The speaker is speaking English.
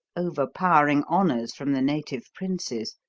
overpowering honours from the native princes.